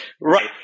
Right